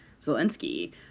Zelensky